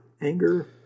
anger